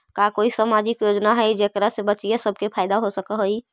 का कोई सामाजिक योजना हई जेकरा से बच्चियाँ सब के फायदा हो सक हई?